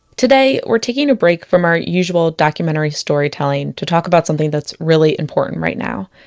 today, we're taking a break from our usual documentary storytelling to talk about something that's really important right now.